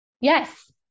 Yes